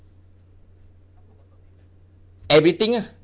everything ah